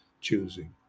choosing